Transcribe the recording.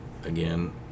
Again